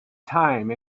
time